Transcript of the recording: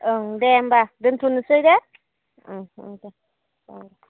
ओं दे होनबा दोन्थ'नोसै दे औ दे जागोन